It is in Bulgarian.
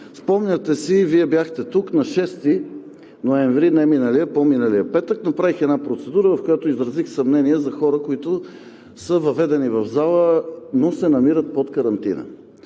Спомняте си, Вие бяхте тук – на 6 ноември, не миналия, по-миналия петък, направих една процедура, в която изразих съмнение за хора, които са въведени в залата, но се намират под карантина.